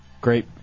Great